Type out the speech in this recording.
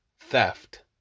theft